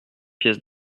pièces